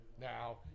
now